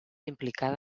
implicada